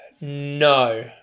no